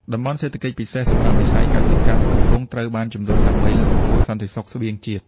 តំបន់សេដ្ឋកិច្ចពិសេស សម្រាប់វិស័យកសិកម្ម កំពុងត្រូវបានជម្រុញដើម្បីលើកកម្ពស់សន្តិសុខស្បៀងជាតិ។